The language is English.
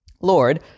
Lord